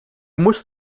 musst